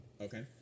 Okay